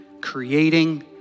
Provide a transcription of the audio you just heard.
creating